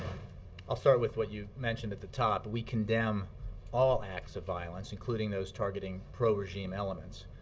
i'll start with what you mentioned at the top. we condemn all acts of violence, including those targeting pro-regime elements,